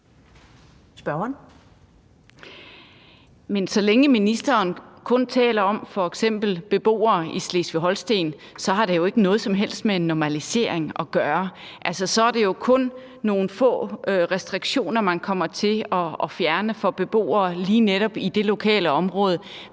så længe ministeren kun taler om f.eks. beboere i Slesvig-Holsten, har det jo ikke noget som helst med en normalisering at gøre. Så er det jo kun nogle få restriktioner, man kommer til at fjerne for beboere lige netop i det lokale område.